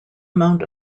amount